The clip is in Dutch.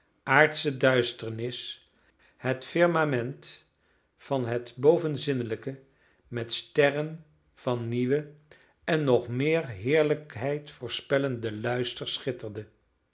aardsche duisternis het firmament van het bovenzinnelijke met sterren van nieuwen en nog meer heerlijkheid voorspellenden luister schitterde